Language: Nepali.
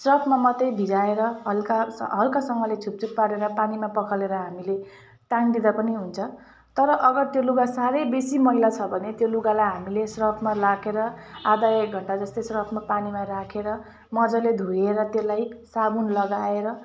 सर्फमा मात्रै भिजाएर हल्का स हल्कासँगले छुपछुप पारेर पानीमा पखालेर हामीले टाँगिदिँदा पनि हुन्छ तर अगर त्यो लुगा साह्रै बेसी मैला छ भने त्यो लुगालाई हामीले सर्फमा राखेर आधा एक घन्टा जस्तै सर्फमा पानीमा राखेर मजाले धोएर त्यसलाई साबुन लगाएर